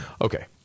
Okay